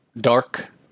Dark